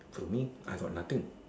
for me I got nothing